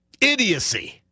idiocy